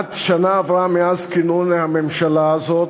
כמעט שנה עברה מאז כינון הממשלה הזאת